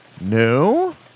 No